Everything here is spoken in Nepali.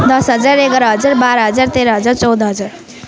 दस हजार एघार हजार बाह्र हजार तेह्र हजार चौध हजार